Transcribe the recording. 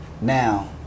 Now